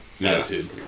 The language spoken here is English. attitude